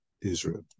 Israel